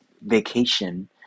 vacation